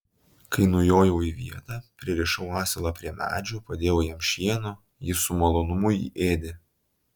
kai nujojau į vietą pririšau asilą prie medžio padėjau jam šieno jis su malonumu jį ėdė